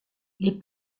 les